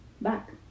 back